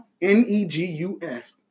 N-E-G-U-S